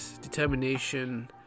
determination